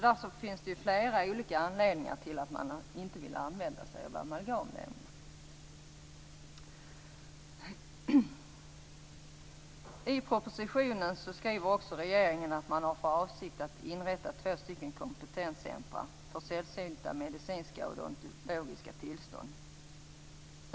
Därför finns det flera olika anledningar till att man inte vill använda sig av amalgam längre. I propositionen skriver regeringen att man har för avsikt att inrätta två kompetenscentrum för sällsynta medicinska och odontologiska tillstånd.